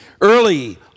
early